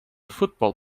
football